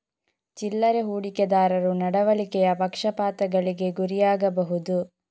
ಚಿಲ್ಲರೆ ಹೂಡಿಕೆದಾರರು ನಡವಳಿಕೆಯ ಪಕ್ಷಪಾತಗಳಿಗೆ ಗುರಿಯಾಗಬಹುದು